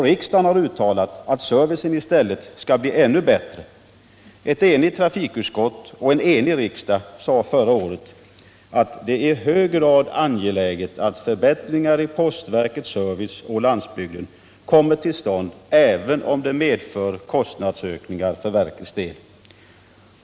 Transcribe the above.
Riksdagen har uttalat att servicen i stället skall bli ännu bättre — ett enigt trafikutskott och en enig riksdag sade förra året att det är i hög grad angeläget att förbättringar i postverkets service på landsbygden kommer till stånd, även om det medför kostnadsökningar för verkets del.